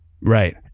Right